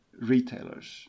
retailers